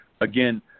again